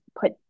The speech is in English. put